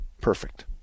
perfect